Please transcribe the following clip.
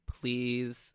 please